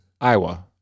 Iowa